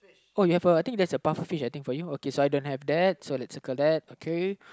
oh you have a I think there's a pufferfish I think for you okay so I don't have that so let's took out that okay